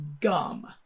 gum